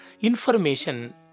information